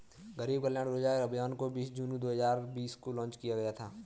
गरीब कल्याण रोजगार अभियान को बीस जून दो हजार बीस को लान्च किया गया था